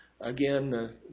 again